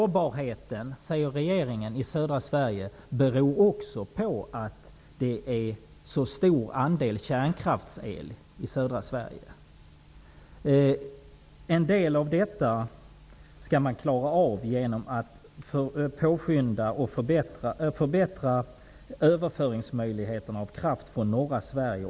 Regeringen säger att sårbarheten i södra Sverige också beror på att det är så stor andel kärnkraftsel där. En del av detta skall man klara genom att förbättra möjligheterna till överföring av kraft från norra Sverige.